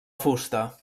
fusta